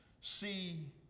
see